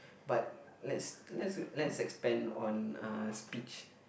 but let's let's let's expand on uh speech